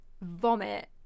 vomit